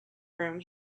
room